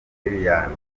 liliane